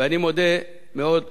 ואני מודה מאוד ליוזמים,